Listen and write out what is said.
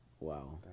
Wow